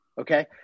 okay